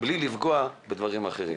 בלי לפגוע בדברים אחרים.